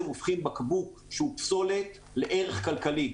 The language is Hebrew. הופכים בקבוק שהוא פסולת לערך כלכלי,